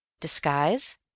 Disguise